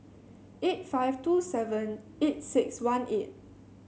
eight five two seven eight six one eight